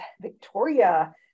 Victoria